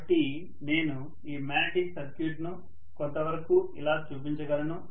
కాబట్టి నేను ఈ మాగ్నెటిక్ సర్క్యూట్ను కొంతవరకు ఇలా చూపించగలను